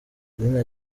izina